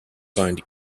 signed